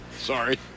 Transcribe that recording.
Sorry